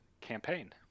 campaign